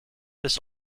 this